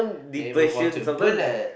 they move on to bullets